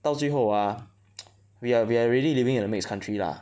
到最后 ah we are we are really living in a mixed country lah